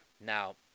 Now